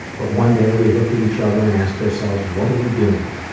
but one day, we looked at each other and asked ourselves, what are we doing?